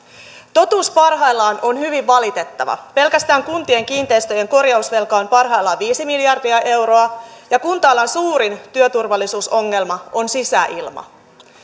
totuus parhaillaan on hyvin valitettava pelkästään kuntien kiinteistöjen korjausvelka on parhaillaan viisi miljardia euroa ja kunta alan suurin työturvallisuusongelma on sisäilma